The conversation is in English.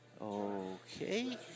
Okay